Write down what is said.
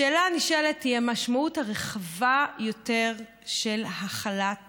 השאלה הנשאלת היא מה המשמעות הרחבה יותר של החלת